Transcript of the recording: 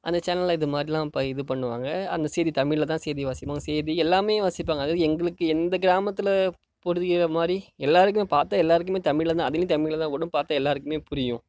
அந்த சேனலில் இது மாரிலாம் ப இது பண்ணுவாங்க அந்த செய்தி தமிழில் தான் செய்தி வாசிப்போம் செய்தி எல்லாமே வாசிப்பாங்க அதாவது எங்களுக்கு எந்த கிராமத்தில் புரிகிற மாதிரி எல்லாேருக்குமே பார்த்தா எல்லாேருக்குமே தமிழில் தான் அதிலயும் தமிழில் தான் ஓடும் பார்த்தா எல்லாேருக்குமே புரியும்